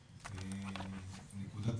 תחנת המשטרה